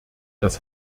das